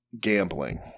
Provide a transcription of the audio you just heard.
gambling